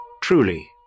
Truly